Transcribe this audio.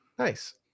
nice